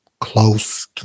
close